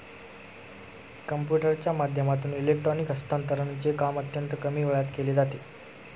कम्प्युटरच्या माध्यमातून इलेक्ट्रॉनिक हस्तांतरणचे काम अत्यंत कमी वेळात केले जाते